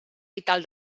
vital